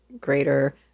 greater